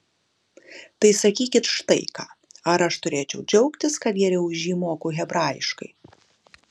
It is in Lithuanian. tai sakykit štai ką ar aš turėčiau džiaugtis kad geriau už jį moku hebrajiškai